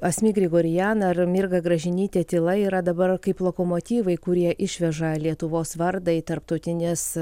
asmik grigorian ar mirga gražinytė tyla yra dabar kaip lokomotyvai kurie išveža lietuvos vardą į tarptautines